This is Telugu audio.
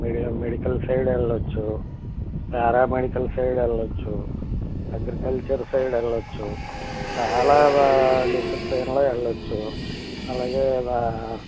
మెడికల్ సైడ్ వెళ్ళొచ్చు పారా మెడికల్ సైడ్ వెళ్ళొచ్చు అగ్రికల్చర్ సైడ్ వెళ్ళొచ్చు చాలా బా డిసిప్లీన్లో వెళ్ళొచ్చు అలాగే